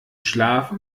schlaf